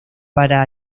para